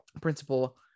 principle